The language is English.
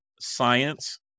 science